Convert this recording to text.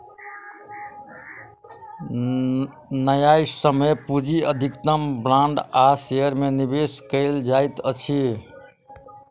न्यायसम्य पूंजी अधिकतम बांड आ शेयर में निवेश कयल जाइत अछि